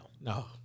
No